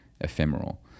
ephemeral